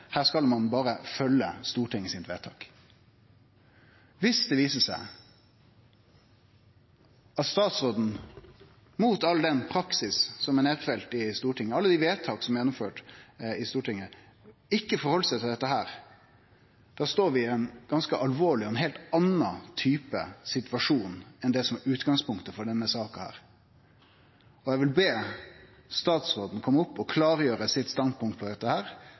Her skal ein berre følgje vedtaket frå Stortinget. Viss det viser seg at statsråden – i strid med dei retningslinjer for praksis som er nedfelte i Stortinget, og i strid med alle dei vedtaka som er fatta i Stortinget – ikkje held seg til dette, står vi i ein ganske alvorleg og ganske annan situasjon enn det som er utgangspunktet for denne saka. Eg vil be statsråden kome opp og klargjere sitt standpunkt på dette, slik at dette blir klart her